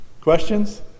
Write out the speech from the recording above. Questions